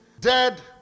Dead